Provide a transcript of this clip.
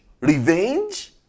Revenge